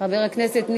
חברי הכנסת,